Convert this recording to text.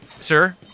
sir